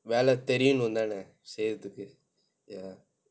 வேலை தெரியணும் தானே செய்ரதுக்கு:velai theriyunum thane seyrathukku ya